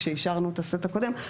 כשאישרנו את הסט הקודם,